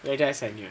later I send you